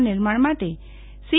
આના નિર્માણ માટે સી